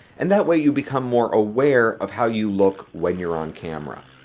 and that way you become more aware of how you look when you're on camera.